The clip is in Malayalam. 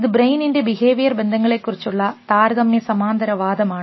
ഇത് ബ്രെയിനിൻറെ ബിഹേവിയർ ബന്ധങ്ങളെക്കുറിച്ചുള്ള താരതമ്യ സമാന്തരവാദമാണ്